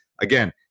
again